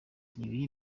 ibi